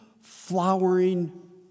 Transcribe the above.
flowering